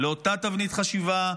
לאותה תבנית חשיבה,